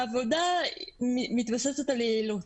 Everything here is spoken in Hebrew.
העבודה מתבססת על יעילות.